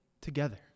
together